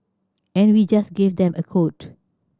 and we just gave them a quote